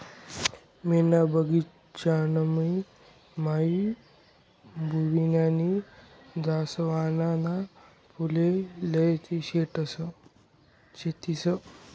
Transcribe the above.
मना बगिचामा माईबुवानी जासवनना फुले लायेल शेतस